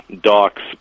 Doc's